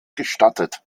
gestattet